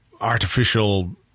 artificial